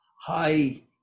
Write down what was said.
high